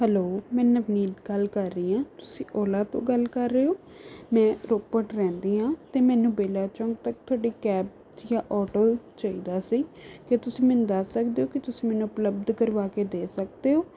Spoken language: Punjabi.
ਹੈਲੋ ਮੈਂ ਨਵਨੀਤ ਗੱਲ ਕਰ ਰਹੀ ਹਾਂ ਤੁਸੀਂ ਓਲਾ ਤੋਂ ਗੱਲ ਕਰ ਰਹੇ ਹੋ ਮੈਂ ਰੋਪੜ ਰਹਿੰਦੀ ਹਾਂ ਅਤੇ ਮੈਨੂੰ ਬੇਲਾ ਚੌਂਕ ਤੱਕ ਤੁਹਾਡੀ ਕੈਬ ਜਾਂ ਆਟੋ ਚਾਹੀਦਾ ਸੀ ਅਤੇ ਕਿਆ ਤੁਸੀਂ ਮੈਨੂੰ ਦੱਸ ਸਕਦੇ ਹੋ ਕਿ ਤੁਸੀਂ ਮੈਨੂੰ ਉਪਲਬਧ ਕਰਵਾ ਕੇ ਦੇ ਸਕਦੇ ਹੋ